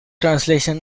translation